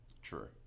True